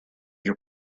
your